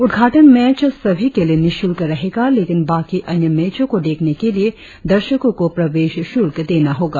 उद्घाटन मैच सभी के लिए निशुल्क रहेगा लेकिन बाकी अन्य मैचो को देखने के लिए दर्शको को प्रवेश शुल्क देना होगा